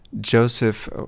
Joseph